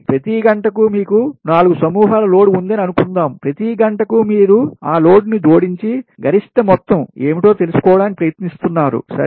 ప్రతి గంటకు మీకు 4 సమూహాల లోడ్ ఉందని అనుకుందాం ప్రతి గంటకు మీరు ఆ లోడ్ని జోడించి గరిష్ట మొత్తం ఏమిటో తెలుసుకోవడానికి ప్రయత్నిస్తున్నారు సరే